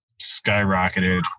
skyrocketed